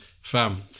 Fam